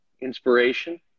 Inspiration